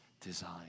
design